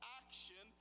action